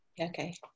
Okay